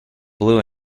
blue